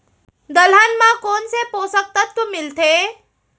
दलहन म कोन से पोसक तत्व मिलथे?